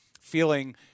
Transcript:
feeling